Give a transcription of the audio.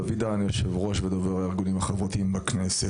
דוד דהן, יושב ראש ודובר הארגונים החברתיים בכנסת.